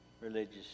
religious